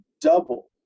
double